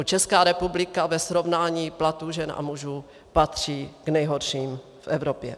Česká republika ve srovnání platů žen a mužů patří k nejhorším v Evropě.